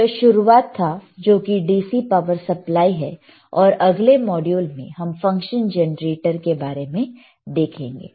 तो यह शुरुआत था जो कि DC पावर सप्लाई है और अगले मॉड्यूल में हम फंक्शन जनरेटर के बारे में देखेंगे